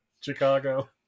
Chicago